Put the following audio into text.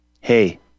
hey